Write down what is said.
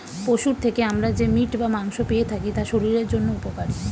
পশুর থেকে আমরা যে মিট বা মাংস পেয়ে থাকি তা শরীরের জন্য উপকারী